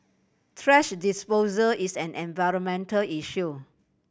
thrash disposer is an environmental issue